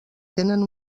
tenen